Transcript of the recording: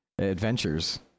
adventures